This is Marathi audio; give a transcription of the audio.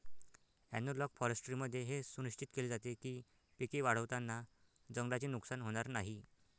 ॲनालॉग फॉरेस्ट्रीमध्ये हे सुनिश्चित केले जाते की पिके वाढवताना जंगलाचे नुकसान होणार नाही